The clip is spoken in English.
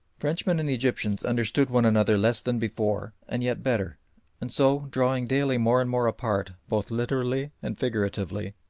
frenchmen and egyptians understood one another less than before and yet better and so drawing daily more and more apart, both literally and figuratively,